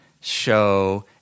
show